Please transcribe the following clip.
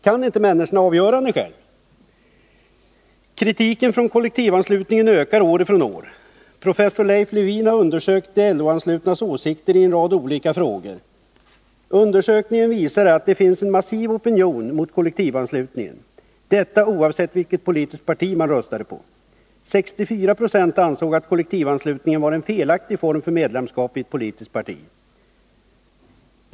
Kan inte människorna avgöra saken själva? Kritiken mot kollektivanslutningen ökar, år från år. Professor Leif Lewin har undersökt de LO-anslutnas åsikter i en rad olika frågor. Undersökningen visade att det finns en massiv opinion mot kollektivanslutningen, detta oavsett vilket politiskt parti man röstade på. 64 96 ansåg att kollektivanslutningen var en felaktig form för medlemskap i politiskt parti.